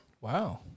wow